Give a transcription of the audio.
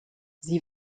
sie